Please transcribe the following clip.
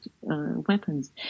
weapons